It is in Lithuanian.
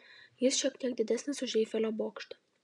jis šiek tiek didesnis už eifelio bokštą